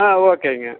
ஆ ஓகேங்க